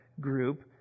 group